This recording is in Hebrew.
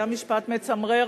זה היה משפט מצמרר,